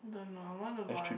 don't know I want to volun~